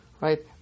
right